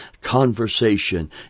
conversation